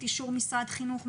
אישור משרד החינוך,